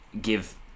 give